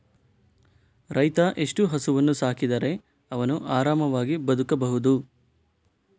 ರೈತ ಎಷ್ಟು ಹಸುವನ್ನು ಸಾಕಿದರೆ ಅವನು ಆರಾಮವಾಗಿ ಬದುಕಬಹುದು?